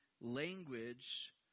language